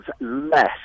less